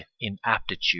inaptitude